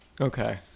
Okay